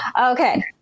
Okay